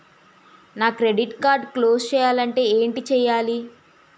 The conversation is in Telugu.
నా క్రెడిట్ కార్డ్ క్లోజ్ చేయాలంటే ఏంటి చేయాలి?